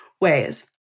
ways